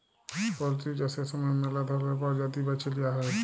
poultry চাষের সময় ম্যালা ধরলের পরজাতি বাছে লিঁয়া হ্যয়